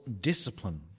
discipline